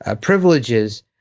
privileges